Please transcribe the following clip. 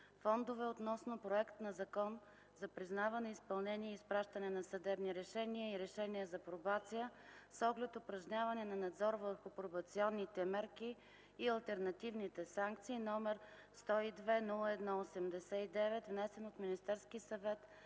фондове относно Законопроект за признаване, изпълнение и изпращане на съдебни решения и решения за пробация с оглед упражняване на надзор върху пробационните мерки и алтернативните санкции, № 102-01-89, внесен от Министерския съвет